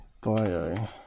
bio